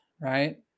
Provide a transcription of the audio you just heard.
Right